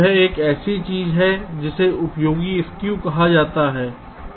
यह एक ऐसी चीज है जिसे उपयोगी स्कू कहा जाता है